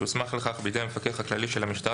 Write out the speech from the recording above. שהוסמך לכך בידי המפקח הכללי של המשטרה,